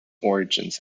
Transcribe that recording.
origins